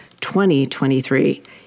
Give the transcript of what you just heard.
2023